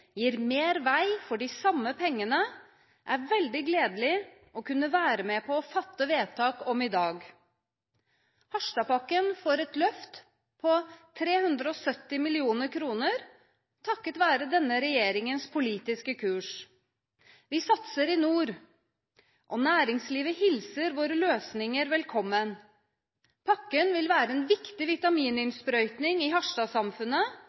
gir mer vei for de samme pengene, er det veldig gledelig å kunne være med på å fatte vedtak i dag. Harstadpakken får et løft på 370 mill. kr takket være denne regjeringens politiske kurs. Vi satser i nord, og næringslivet hilser våre løsninger velkommen. Pakken vil være en viktig vitamininnsprøyting i